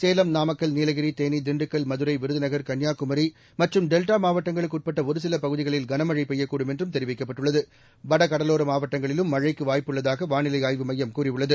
சேலம் நாமக்கல் நீலகிரி தேனி திண்டுக்கல் மதுரை விருதுநகர் கன்னியாகுமி மற்றும் டெல்டா மாவட்டங்களுக்கு உட்பட்ட ஒரு சில பகுதிகளில் கனமழை பெய்யக்கூடும் என்றும் தெரிவிக்கப்பட்டுள்ளது வடகடலோர மாவட்டங்களிலும் மழைக்கு வாய்ப்பு உள்ளதாக வாளிலை கூறியுள்ளது